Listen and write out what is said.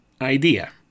idea